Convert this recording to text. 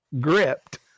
gripped